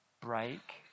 break